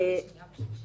זה עבר בשנייה ושלישית?